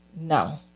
no